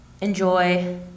enjoy